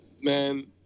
man